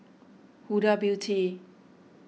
Huda Beauty